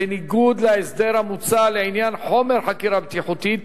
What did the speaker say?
בניגוד להסדר המוצע לעניין חומר חקירה בטיחותית,